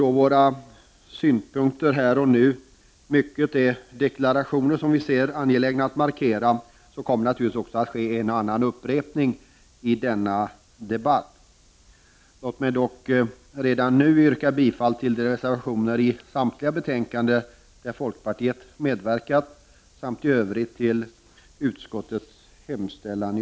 Då våra synpunkter i mycket är deklarationer som är angelägna att markera, kommer det att göras en och annan upprepning i denna debatt. Låt mig redan nu beträffande samtliga betänkanden yrka bifall till de reservationer där folkpartiet har medverkat och i övrigt till utskottets hemställan.